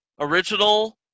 original